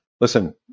listen